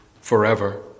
forever